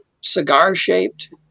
cigar-shaped